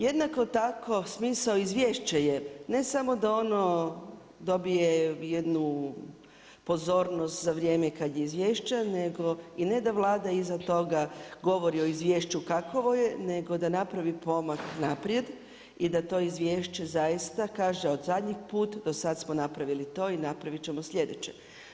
Jednako tako smisao izvješće je ne samo da ono dobije jednu pozornost za vrijeme kad je izvješće nego i ne da Vlada iza toga govori o izvješću kakvo je, nego da napravi pomak naprijed i da to izvješće zaista kaže od zadnji put do sad smo napravili to i napraviti ćemo sljedeće.